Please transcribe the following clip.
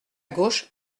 gauche